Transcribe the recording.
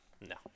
No